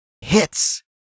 hits